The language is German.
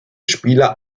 spieler